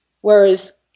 whereas